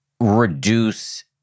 reduce